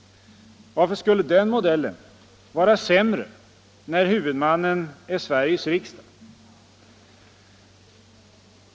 Varför skulle den modellen vara sämre när huvudmannen är Sveriges riksdag?